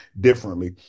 differently